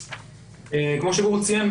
כמו שהוא ציין,